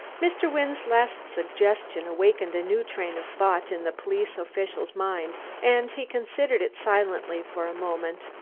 mr. wynne's last suggestion awakened a new train of thought in the police official's mind, and he considered it silently for a moment.